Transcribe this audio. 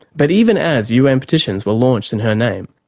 but even as un petitions were launched in her name,